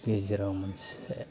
गेजेराव मोनसे